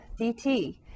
dt